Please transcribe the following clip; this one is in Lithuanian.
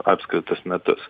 apskritus metus